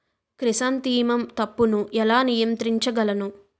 Chrysanthemum తప్పును ఎలా నియంత్రించగలను?